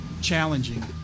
challenging